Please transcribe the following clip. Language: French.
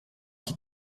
qui